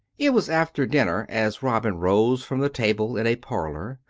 it was after dinner, as robin rose from the table in a parlour,